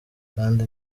kandi